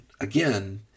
again